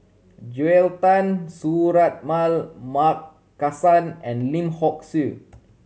Joel Tan Suratman Markasan and Lim Hock Siew